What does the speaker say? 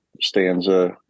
stanza